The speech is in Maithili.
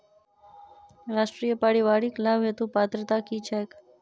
राष्ट्रीय परिवारिक लाभ हेतु पात्रता की छैक